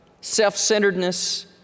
self-centeredness